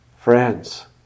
Friends